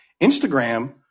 Instagram